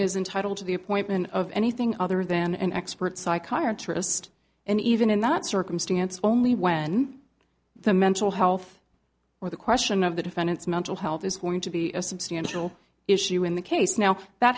is entitled to the appointment of anything other than an expert psychometrist and even in that circumstance only when the mental health or the question of the defendant's mental health is going to be a substantial issue in the case now that